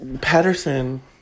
Patterson